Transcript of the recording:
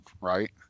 right